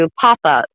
pop-ups